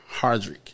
Hardrick